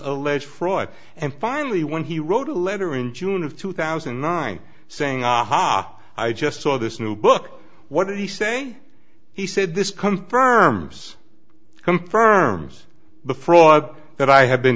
alleged fraud and finally when he wrote a letter in june of two thousand and nine saying aha i just saw this new book what did he say he said this confirms the fraud that i have been